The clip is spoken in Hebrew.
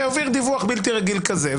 הוא העביר דיווח בלתי רגיל כזה.